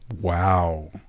Wow